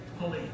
police